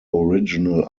original